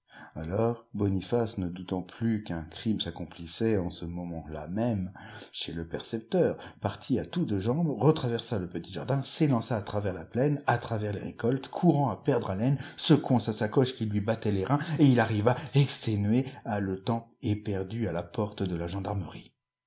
alors boniface ne doutant plus qu'un crime s'accomplissait en ce moment-là même chez le percepteur partit à toutes jambes retraversa le petit jardin s'élança à travers la plaine à travers les récoltes courant à perdre haleine secouant sa sacoche qui lui battait les reins et il arriva exténué haletant éperdu à la porte de la gendarmerie